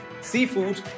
seafood